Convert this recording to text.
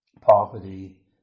poverty